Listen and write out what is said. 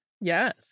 Yes